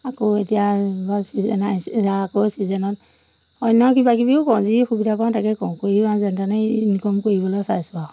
আকৌ এতিয়া গ'ল চিজনা আকৌ ছিজনত অন্য কিবা কিবিও কৰোঁ যি সুবিধা পাওঁ তাকে কৰোঁ কৰি আৰু যেন তেনেই ইনকম কৰিবলৈ চাইছোঁ আৰু